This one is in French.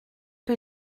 que